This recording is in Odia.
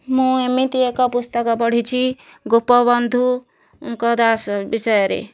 ମୁଁ ଏମିତି ଏକ ପୁସ୍ତକ ପଢ଼ିଛି ଗୋପବନ୍ଧୁ ଦାସଙ୍କ ବିଷୟରେ